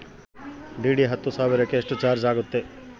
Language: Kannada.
ಡಿ.ಡಿ ಹತ್ತು ಸಾವಿರಕ್ಕೆ ಎಷ್ಟು ಚಾಜ್೯ ಆಗತ್ತೆ?